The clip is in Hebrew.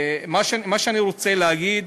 מה שאני רוצה לומר,